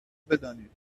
بدانید